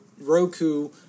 Roku